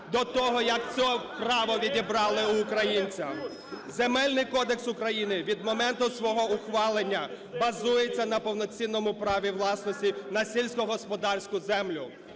до того, як це право відібрали в українців. Земельний кодекс України від моменту свого ухвалення базується на повноцінному праві власності на сільськогосподарську землю.